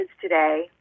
today